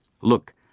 Look